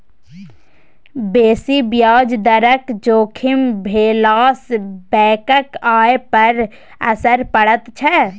बेसी ब्याज दरक जोखिम भेलासँ बैंकक आय पर असर पड़ैत छै